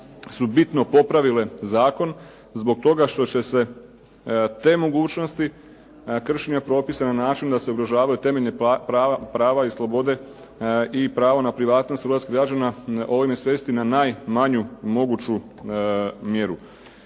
su bitno popravile zakon zbog toga što će se te mogućnosti kršenja propisa na način da se ugrožavaju temeljna prava i slobode i pravo na privatnost hrvatskih građana ovime svesti na najmanju moguću mjeru.